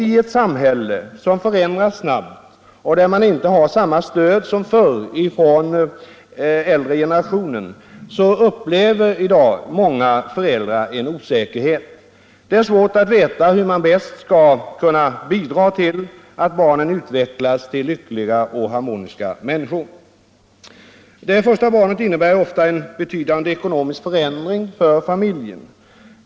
I ett samhälle som förändras snabbt och där man inte har samma stöd som förut från den äldre generationen upplever i dag många föräldrar en osäkerhet. Det är svårt att veta hur man bäst skall kunna bidra till att barnen utvecklas till lyckliga och harmoniska människor. Det första barnet innebär ofta en betydande ekonomisk förändring för familjen.